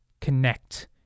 Connect